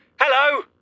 Hello